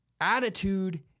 Attitude